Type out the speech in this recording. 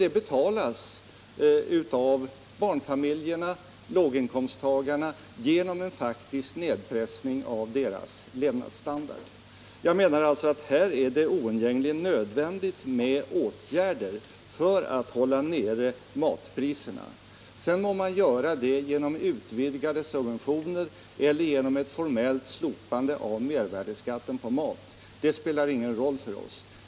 Det betalas av barnfamiljerna och låginkomsttagarna genom en faktisk nedpressning av deras levnadsstandard. Jag menar alltså att det är oundgängligen nödvändigt med åtgärder för att hålla nere matpriserna. Sedan må man göra det genom utvidgade subventioner eller genom ett formellt slopande av mervärdeskatten på mat — vilket det blir spelar ingen roll för oss.